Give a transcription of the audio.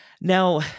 Now